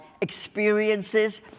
experiences